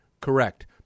correct